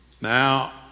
Now